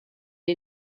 est